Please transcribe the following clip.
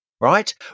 right